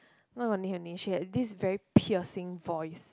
not only her name she had this very piercing voice